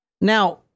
now